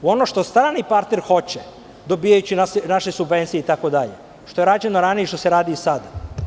U ono što strani partner hoće, dobijajući naše subvencije itd, što je rađeno ranije i što se radi i sada.